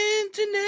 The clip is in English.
internet